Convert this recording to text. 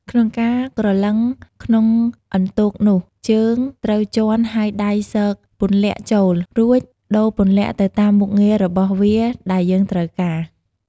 ក្នុងការក្រឡឹងក្នុងអន្ទោកនោះ ជើងត្រូវជាន់ ហើយដៃស៊កពន្លាកចូល រួចដូរពន្លាកទៅតាមមុខងាររបស់វាដែលយើងត្រូវការ។